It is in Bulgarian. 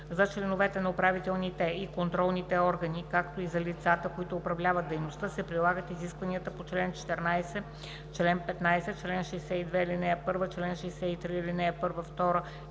За членовете на управителните и контролните органи, както и за лицата, които управляват дейността, се прилагат изискванията по чл. 14, чл. 15, чл. 62, ал. 1, чл. 63, ал. 1, 2 и